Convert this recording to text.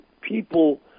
people